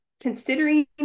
considering